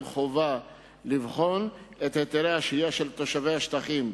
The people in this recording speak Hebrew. חובה לבחון את היתרי השהייה של תושבי השטחים,